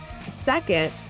Second